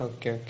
Okay